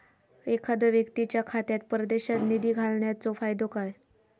एखादो व्यक्तीच्या खात्यात परदेशात निधी घालन्याचो फायदो काय?